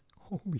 Holy